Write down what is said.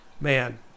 Man